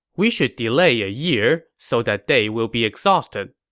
we should delay a year so that they will be exhausted.